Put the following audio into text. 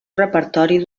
repertori